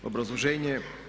Obrazloženje.